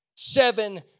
Seven